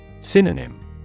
Synonym